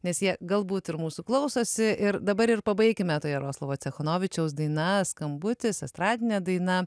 nes jie galbūt ir mūsų klausosi ir dabar ir pabaikime ta jaroslavo cechanovičiaus daina skambutis estradinė daina